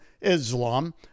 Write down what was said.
Islam